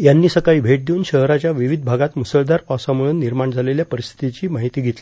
यांनी सकाळी भेट देवून शहराच्या विविध भागात मुसळधार पावसामुळं निर्माण झालेल्या परिस्थितीची माहिती घेतली